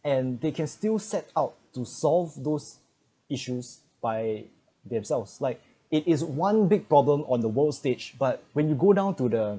and they can still set out to solve those issues by themselves like it is one big problem on the world stage but when you go down to the